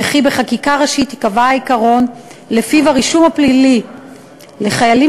וכי בחקיקה ראשית ייקבע העיקרון שלפיו הרישום הפלילי לחיילים